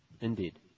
Indeed